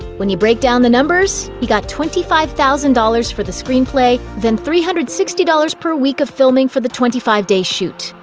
when you break down the numbers, he got twenty five thousand dollars for the screenplay, then three hundred and sixty dollars per week of filming for the twenty five day shoot.